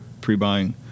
pre-buying